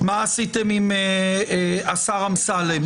-- מה עשיתם עם השר אמסלם.